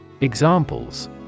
Examples